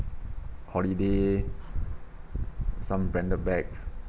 holiday some branded bags